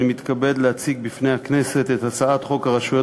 אני מתכבד להציג בפני הכנסת את הצעת חוק הרשויות